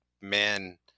man